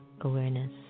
awareness